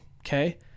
Okay